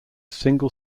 single